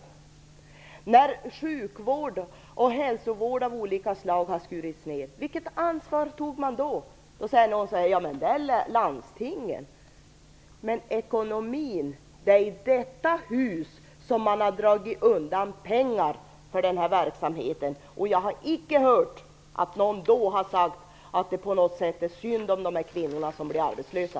Vilket ansvar tog man när det skars ner inom sjukvård och hälsovård av olika slag? Då säger någon att det är landstingens ansvar. Men när det gäller ekonomin är det i detta hus som pengarna har dragits undan för den här verksamheten. Jag har icke hört att någon då har sagt att det på något sätt är synd om de kvinnor som blir arbetslösa.